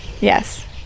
Yes